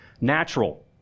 natural